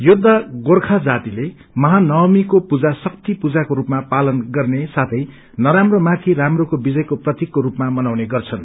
योद्धा गोर्खा जातले महानवमीको पूजा शिक्ति पूजाको रूपामा पालन गत्रे साथै नराम्रो माथि राम्रोको विजयको प्रतिकको रूपमा मनाउने गछन्